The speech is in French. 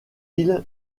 îles